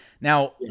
Now